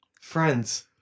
friends